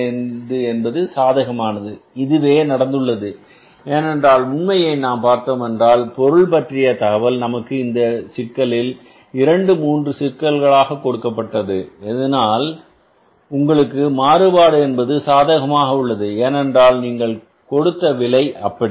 25 என்பது சாதகமானது இதுவே நடந்துள்ளது ஏனென்றால் உண்மையை நாம் பார்த்தோமென்றால் பொருளைப் பற்றிய தகவல் நமக்கு இந்த சிக்கலில் 2 3 சிக்கல்களாக கொடுக்கப்பட்டது எதனால் உங்களது மாறுபாடு என்பது சாதகமாக உள்ளது ஏனென்றால் நீங்கள் கொடுத்த விலை அப்படி